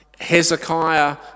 Hezekiah